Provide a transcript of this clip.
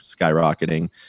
skyrocketing